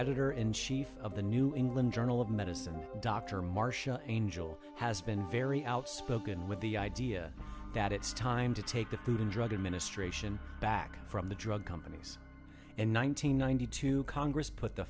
editor in chief of the new england journal of medicine dr marcia angell has been very outspoken with the idea that it's time to take the food and drug administration back from the drug companies in one nine hundred ninety two congress put the